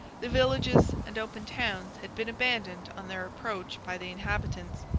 the villages and open towns had been abandoned on their approach by the inhabitants,